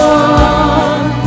one